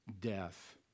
death